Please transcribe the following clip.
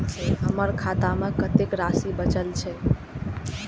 हमर खाता में कतेक राशि बचल छे?